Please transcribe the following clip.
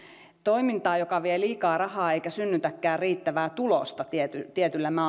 toimintaa joka vie liikaa rahaa eikä synnytäkään riittävää tulosta tietyllä tietyllä